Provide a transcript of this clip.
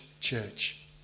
church